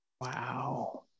Wow